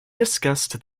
discussed